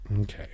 Okay